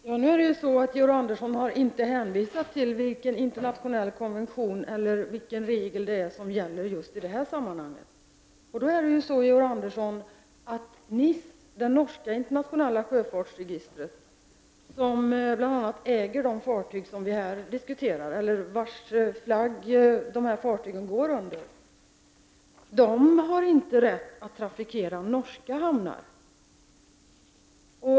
Herr talman! Georg Andersson har inte angivit vilken internationell konvention eller regel som gäller just i det här sammanhanget. Det norska internationella sjöfartsregistret, NIS, vars flagg dessa fartyg går under, har inte rätt att trafikera norska hamnar.